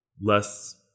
less